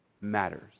matters